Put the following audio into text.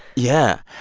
yeah.